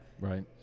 Right